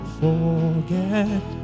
forget